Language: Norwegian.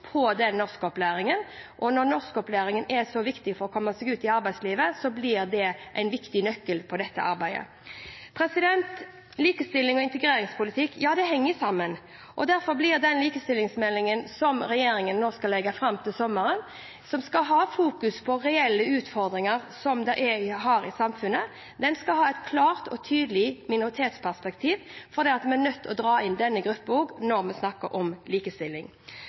når norskopplæringen er så viktig for å komme seg ut i arbeidslivet, blir det en viktig nøkkel i dette arbeidet. Likestilling og integreringspolitikk henger sammen. Derfor skal den likestillingsmeldingen som regjeringen skal legge fram til sommeren, som skal ha fokus på reelle utfordringer i samfunnet, ha et klart og tydelig minoritetsperspektiv, fordi vi er nødt til å trekke inn denne gruppen også når vi snakker om likestilling.